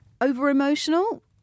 over-emotional